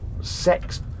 sex